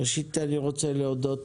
ראשית אני רוצה להודות